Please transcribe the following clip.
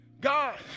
God